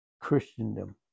Christendom